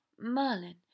Merlin